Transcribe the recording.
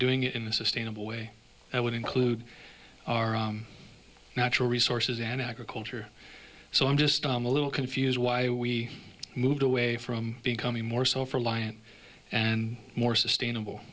doing it in a sustainable way that would include our natural resources and agriculture so i'm just i'm a little confused why we moved away from becoming more self reliant and more